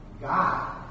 God